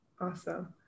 Awesome